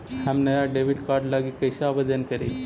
हम नया debit card लागी कईसे आवेदन करी?